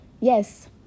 yes